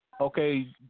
Okay